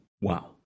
Wow